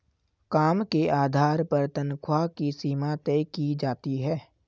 काम के आधार पर तन्ख्वाह की सीमा तय की जाती है